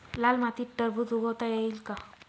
लाल मातीत टरबूज उगवता येईल का?